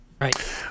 Right